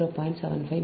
75 இதுவும் 0